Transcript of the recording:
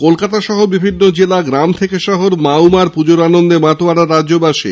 কলকাতাসহ বিভিন্ন জেলা গ্রাম থেকে শহর মা উমার পূজার আনন্দে মাতোয়ারা রাজ্যবাসী